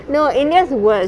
no india's worst